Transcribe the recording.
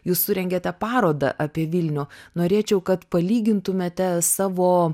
jūs surengėte parodą apie vilnių norėčiau kad palygintumėte savo